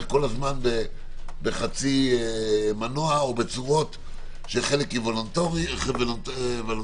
כל הזמן בחצי מנוע או בצורות שחלק וולונטריות,